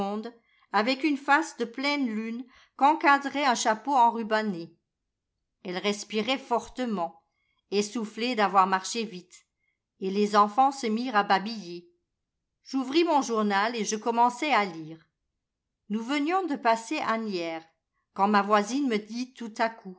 avec une face de pleine lune qu'encadrait un chapeau enrubanné elle respirait fortement essoufflée d'avoir marché vite et les enfants se mirent à babiller j'ouvris mon journal et je commençai à lire nous venions de passer asnières quand ma voisine me dit tout à coup